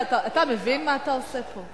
אתה מבין מה אתה עושה פה?